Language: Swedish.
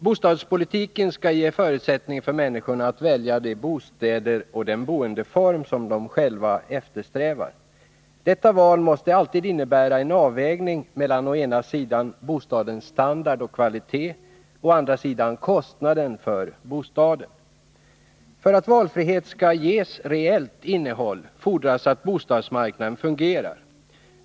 Bostadspolitiken skall ge förutsättningar för människor att välja de bostäder och den boendeform som de själva eftersträvar. Detta val måste alltid innebära en avvägning mellan å ena sidan bostadens standard och kvalitet och å andra sidan kostnaden för bostaden. För att valfriheten skall ges reellt innehåll fordras att bostadsmarknaden fungerar.